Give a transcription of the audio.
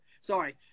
Sorry